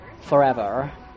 Forever